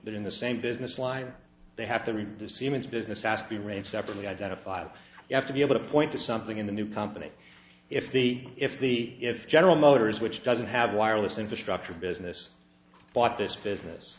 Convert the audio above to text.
but in the same business line they have to reduce siemens business to ask the rate separately identified you have to be able to point to something in the new company if the if the if general motors which doesn't have wireless infrastructure business bought this business